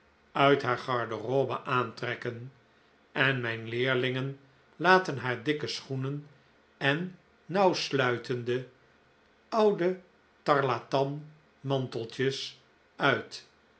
uit haar garderobe aantrekken en mijn leerlingen laten haar dikke schoenen en nauwsluitende oude tarlatan manteltjes uit